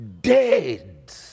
dead